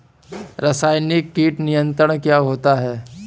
रसायनिक कीट नियंत्रण क्या होता है?